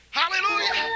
hallelujah